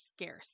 scarce